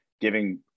giving